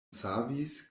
savis